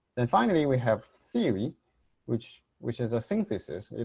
then finally we have theory which which is a synthesis.